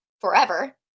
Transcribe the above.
forever